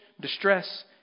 distress